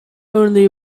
only